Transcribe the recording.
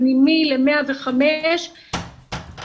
פנימי ל-105 --- (נתק